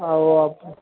ஆ okay